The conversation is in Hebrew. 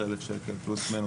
10,000 ש"ח פלוס מינוס.